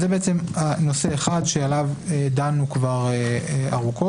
אז זה בעצם נושא אחד שעליו דנו כבר ארוכות.